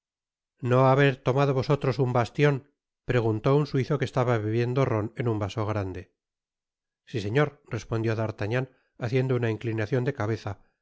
no haber tomado vosotros un bastion preguntó un suizo que estaba bebiendo rhom en un vaso grande si señor respondió d'artagnan haciendo una inclinacion de cabeza